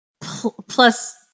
plus